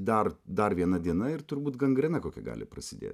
dar dar viena diena ir turbūt gangrena kokia gali prasidėt